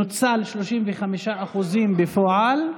נוצלו 35% בפועל,